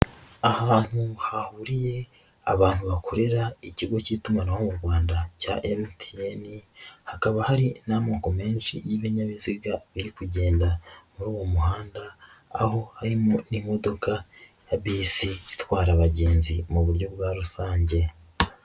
Ahantu hahuriye abantu bakorera ikigo k'itumanaho mu Rwanda cya MTN, hakaba hari n'amoko menshi y'ibinyabiziga biri kugenda muri uwo muhanda, aho harimo n'imodoka ya bisi itwara abagenzi mu buryo bwa rusange.